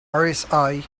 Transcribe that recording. rsi